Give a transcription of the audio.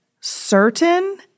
certain